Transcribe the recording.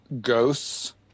ghosts